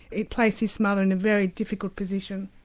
it placed this mother in a very difficult position.